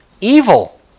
Evil